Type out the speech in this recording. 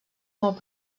molt